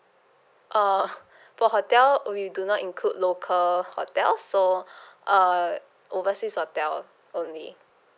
uh for hotel we do not include local hotel so uh overseas hotel only